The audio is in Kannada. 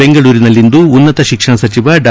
ಬೆಂಗಳೂರಿನಲ್ಲಿಂದು ಉನ್ನತ ಶಿಕ್ಷಣ ಸಚಿವ ಡಾ